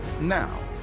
now